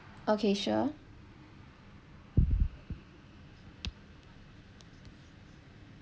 okay sure